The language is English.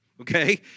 okay